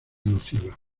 nociva